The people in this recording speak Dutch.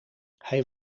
hij